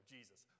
Jesus